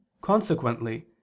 consequently